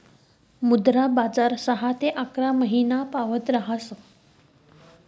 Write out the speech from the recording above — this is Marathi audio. मुद्रा बजार सहा ते अकरा महिनापावत ऱहास